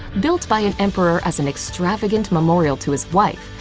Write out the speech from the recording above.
built by an emperor as an extravagant memorial to his wife,